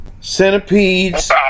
centipedes